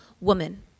woman